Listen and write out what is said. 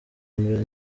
mbere